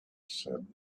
said